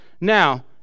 Now